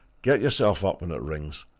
get yourself up when it rings,